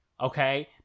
okay